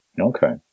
Okay